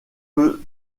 peut